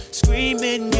screaming